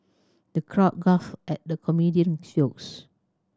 the crowd guffawed at the comedian's jokes